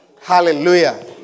Hallelujah